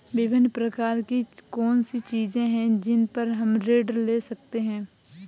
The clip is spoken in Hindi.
विभिन्न प्रकार की कौन सी चीजें हैं जिन पर हम ऋण ले सकते हैं?